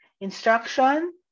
instruction